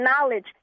knowledge